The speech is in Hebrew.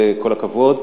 וכל הכבוד.